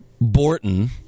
Borton